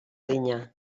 adina